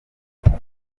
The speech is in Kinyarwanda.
makuru